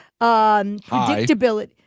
predictability